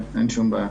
אין שום בעיה.